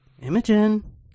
Imogen